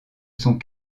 sont